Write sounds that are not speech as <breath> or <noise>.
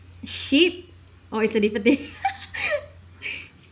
sheep or is a different thing <laughs> <breath> <breath>